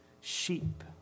sheep